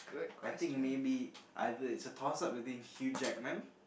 I think maybe either is a toss up between Hugh-Jackman